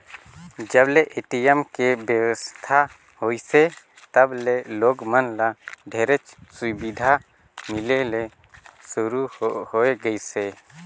जब ले ए.टी.एम के बेवस्था होइसे तब ले लोग मन ल ढेरेच सुबिधा मिले ले सुरू होए गइसे